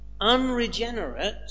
unregenerate